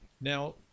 Now